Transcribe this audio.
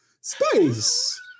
space